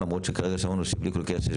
למרות שכרגע שמענו שבלי כל קשר,